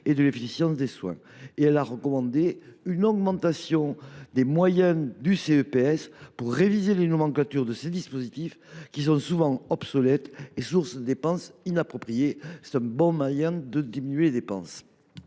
et de l’efficience des soins (Caqes). Elle recommande également une augmentation des moyens du CEPS pour réviser les nomenclatures des dispositifs médicaux, qui sont souvent obsolètes et source de dépenses inappropriées. Ce serait un bon moyen de diminuer les dépenses.